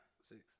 Six